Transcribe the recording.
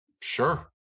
Sure